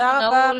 הישיבה נעולה.